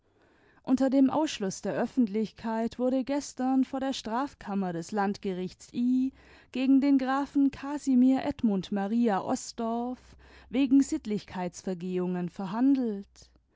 unter dem ausschluß der öffentlichkeit wurde gestern vor der strafkammer des landgerichts i gegen den grafen casimir edmund maria osdorff wegen sittlichkeitsvergehungen verhandelt